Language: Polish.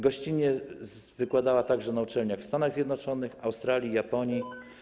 Gościnnie wykładała także na uczelniach w Stanach Zjednoczonych, Australii i Japonii.